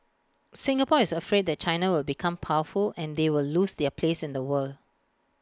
Singapore is afraid that China will become powerful and they will lose their place in the world